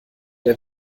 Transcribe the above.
der